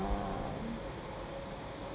um